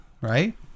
right